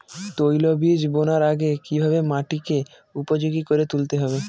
তৈলবীজ বোনার আগে কিভাবে মাটিকে উপযোগী করে তুলতে হবে?